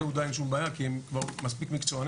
יהודה אין שום בעיה כי הם כבר מספיק מקצוענים,